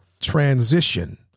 transition